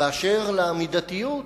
ובאשר למידתיות,